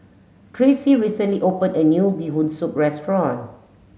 Tracee recently opened a new Bee Hoon Soup Restaurant